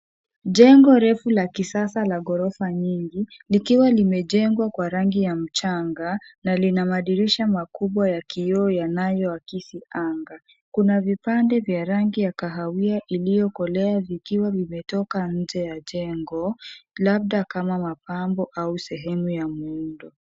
Jengo refu la kisasa la ghorofa nyingi, likiwa limejengwa kwa rangi ya mchanga na lina madirisha makubwa ya kioo yanayoakisi anga. Kuna vipande vya rangi ya kahawia iliyokolea vikiwa vimetoka nje ya jengo, labda kama mapambo ama sehemu ya muundo.